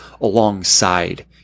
alongside